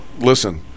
listen